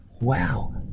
wow